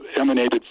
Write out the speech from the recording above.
emanated